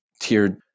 tiered